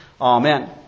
Amen